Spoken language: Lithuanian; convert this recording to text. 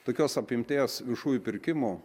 tokios apimties viešųjų pirkimų